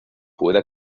puede